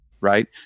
right